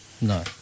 No